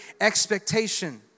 expectation